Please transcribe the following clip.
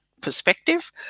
perspective